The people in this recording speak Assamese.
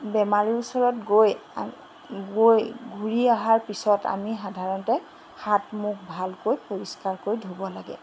বেমাৰীৰ ওচৰত গৈ গৈ ঘূৰি আহাৰ পিছত আমি সাধাৰণতে হাত মুখ ভালকৈ পৰিষ্কাৰকৈ ধুব লাগে